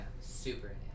super